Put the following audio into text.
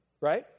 Right